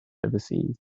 overseas